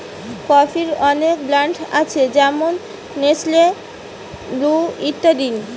কফির অনেক ব্র্যান্ড আছে যেমন নেসলে, ব্রু ইত্যাদি